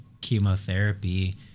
chemotherapy